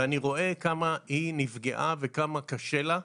ואני רואה כמה היא נפגעה וכמה קשה לה,